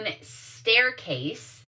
Staircase